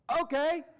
Okay